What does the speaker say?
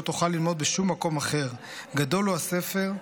תוכל ללמוד בשום מקום אחר: גדול הוא הספר,